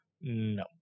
No